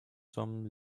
some